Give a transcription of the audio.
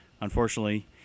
unfortunately